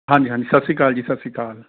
ਹਾਂਜੀ ਹਾਂਜੀ ਸਤਿ ਸ਼੍ਰੀ ਅਕਾਲ ਜੀ ਸਤਿ ਸ਼੍ਰੀ ਅਕਾਲ